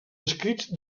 escrits